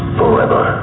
forever